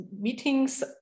meetings